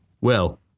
Well